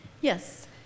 Yes